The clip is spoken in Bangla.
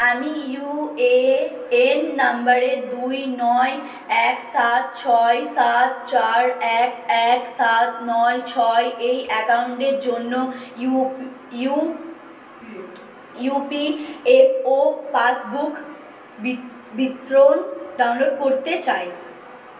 আমি ইউএএন নাম্বারে দুই নয় এক সাত ছয় সাত চার এক এক সাত নয় ছয় এই অ্যাকাউন্টের জন্য U U EPFO passbook বিত্রন ডাউনলোড করতে চাই